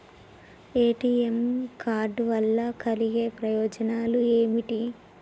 ATM card వల్ల కలిగే ప్రయోజనాలు ఏమిటి?